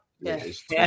Yes